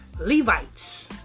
Levites